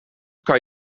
kan